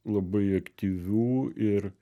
labai aktyvių ir